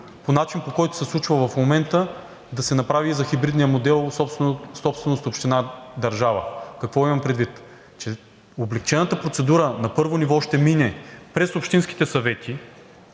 по начин, по който се случва в момента, да се направи и за хибридния модел – собственост община – държава. Какво имам предвид – че облекчената процедура на първо ниво ще мине през общинските съвети,